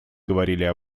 говорили